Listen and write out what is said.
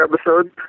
episode